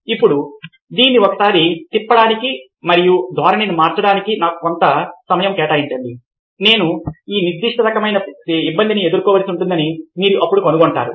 ఇప్పుడు దీన్ని ఒక సారి తిప్పడానికి మరియు ధోరణిని మార్చడానికి నాకు కొంత సమయం కేటాయించండి మీరు ఒక నిర్దిష్ట రకమైన ఇబ్బందిని ఎదుర్కోవలసి ఉంటుందని మీరు అప్పుడు కనుగొంటారు